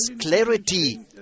clarity